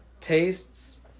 tastes